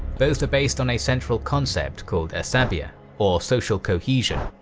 both are based on a central concept called asabiyyah, or social cohesion.